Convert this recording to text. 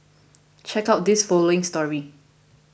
check out this following story